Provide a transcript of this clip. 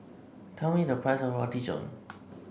tell me the price of Roti John